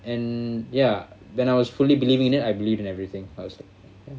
and ya then I was fully believing that I believe in everything